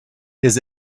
his